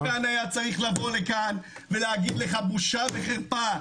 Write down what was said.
מישהו היה צריך לבוא לכאן ולהגיד לך בושה וחרפה.